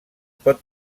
pot